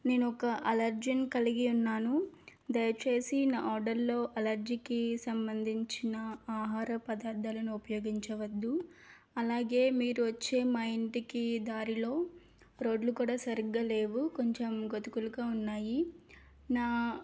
నేను ఒక అలర్జీని కలిగి ఉన్నాను దయచేసి నా ఆర్డర్లో అలర్జీకి సంబంధించిన ఆహార పదార్థాలను ఉపయోగించవద్దు అలాగే మీరు వచ్చే మా ఇంటికి దారిలో రోడ్లు కూడా సరిగ్గా లేవు కొంచెం గొదుగులుగా ఉన్నాయి నా